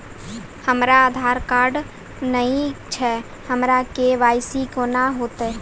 हमरा आधार कार्ड नई छै हमर के.वाई.सी कोना हैत?